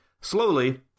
Slowly